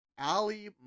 Ali